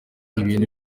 ibintu